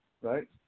right